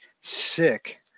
sick